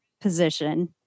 position